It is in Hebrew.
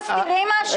מה, אתם מסתירים משהו?